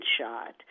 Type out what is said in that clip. shot